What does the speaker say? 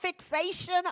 fixation